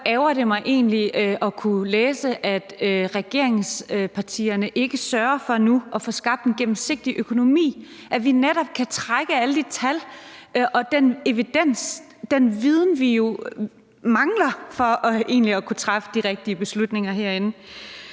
egentlig at kunne læse, at regeringspartierne ikke sørger for nu at få skabt en gennemsigtig økonomi, så vi netop kan trække alle de tal ud og få den evidens og den viden, vi jo mangler for egentlig at kunne træffe de rigtige beslutninger herinde.